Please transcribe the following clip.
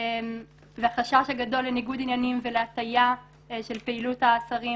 והחשש הגדול לניגוד עניינים ולהטיה של פעילות השרים